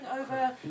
over